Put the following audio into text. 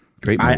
Great